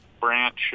branch